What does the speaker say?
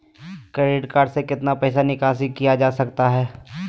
Credit card से कितना पैसा निकासी किया जा सकता है?